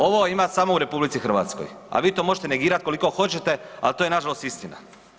Ovo ima samo u RH a vi to možete negirat koliko hoćete, ali to je nažalost istina.